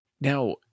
now